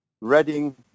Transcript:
Reading